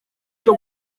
cyo